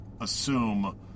assume